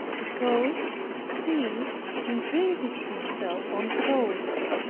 because he imprinted himself on souls,